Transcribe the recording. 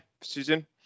Susan